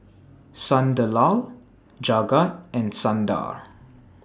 Sunderlal Jagat and Sundar